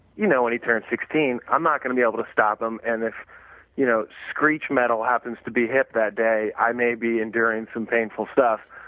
you know, when he turns sixteen, i am not going to be able to stop him. and if you know screech metal happens to be hip that day, i may be enduring some painful stuff.